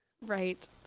Right